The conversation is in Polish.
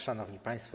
Szanowni Państwo!